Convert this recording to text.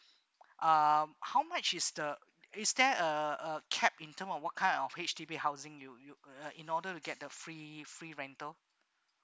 um how much is the is there a a cap in term of what kind of H_D_B housing you you uh in order to get the free free rental